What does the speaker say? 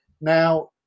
now